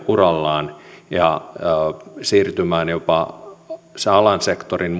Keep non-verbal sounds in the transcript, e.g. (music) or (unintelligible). urallaan ja siirtymisen jopa sen sektorin (unintelligible)